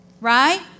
Right